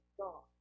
God